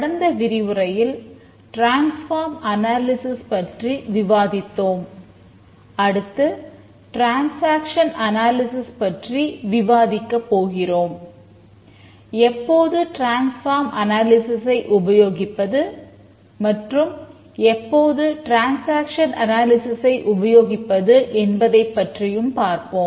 கடந்த விரிவுரையில் transform analysis எவ்வாறு உபயோகிப்பது என்பதைப் பார்ப்போம்